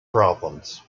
problems